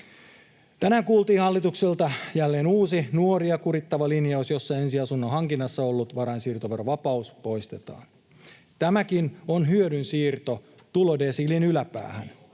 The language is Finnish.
Tänään kuultiin hallitukselta jälleen uusi nuoria kurittava linjaus, jossa ensiasunnon hankinnassa ollut varainsiirtoverovapaus poistetaan. Tämäkin on hyödyn siirto tulodesiilin yläpäähän.